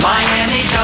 Miami